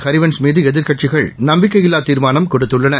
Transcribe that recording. ஹரிவன்ஷ்மீதுஎதிர்க் கட்சிகள் நம்பிக்கையில்லாதீர்மானம்கொடுத்துள்ளன